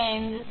5 செ